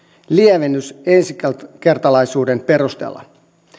lievennys ensikertalaisuuden perusteella